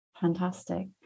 fantastic